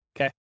Okay